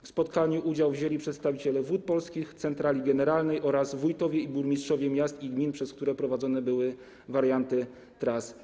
W spotkaniu udział wzięli przedstawiciele Wód Polskich, centrali generalnej oraz wójtowie i burmistrzowie miast i gmin, przez które prowadzone były warianty tras.